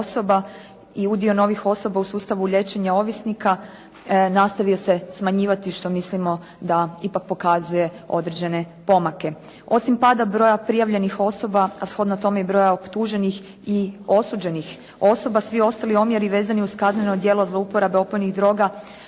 i udio novih osoba u sustavu liječenja ovisnika nastavio se smanjivati što mislimo da ipak pokazuje određene pomake. Osim pada broja prijavljenih osoba, a shodno tome i broja optuženih i osuđenih osoba, svi ostali omjeri vezani uz kazneno djelo zlouporabe opojnih droga